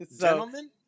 gentlemen